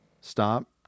stop